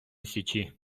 січі